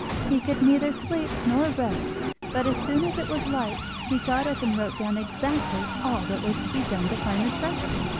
he could neither sleep nor rest but as soon as it was light he got up and wrote down exactly all that was to be done to find the treasure,